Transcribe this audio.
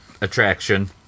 attraction